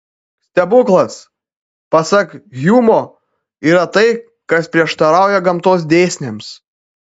stebuklas pasak hjumo yra tai kas prieštarauja gamtos dėsniams